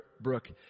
Brooke